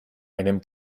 einem